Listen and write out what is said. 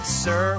sir